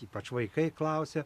ypač vaikai klausia